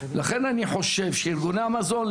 לכן אני חושב שארגוני המזון,